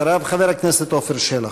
אחריו, חבר הכנסת עפר שלח.